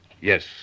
Yes